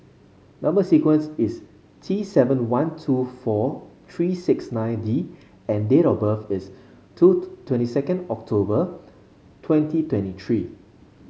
number sequence is T seven one two four three six nine D and date of birth is two twenty second October twenty twenty three